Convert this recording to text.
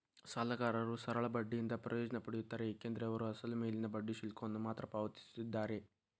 ಸಾಲಗಾರರು ಸರಳ ಬಡ್ಡಿಯಿಂದ ಪ್ರಯೋಜನ ಪಡೆಯುತ್ತಾರೆ ಏಕೆಂದರೆ ಅವರು ಅಸಲು ಮೇಲಿನ ಬಡ್ಡಿ ಶುಲ್ಕವನ್ನು ಮಾತ್ರ ಪಾವತಿಸುತ್ತಿದ್ದಾರೆ